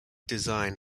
design